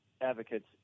advocates